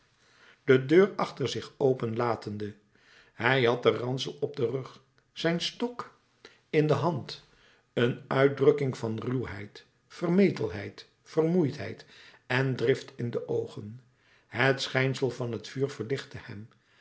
de deur achter zich open latende hij had den ransel op den rug zijn stok in de hand een uitdrukking van ruwheid vermetelheid vermoeidheid en drift in de oogen het schijnsel van het vuur verlichtte hem